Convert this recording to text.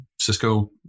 Cisco